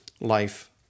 life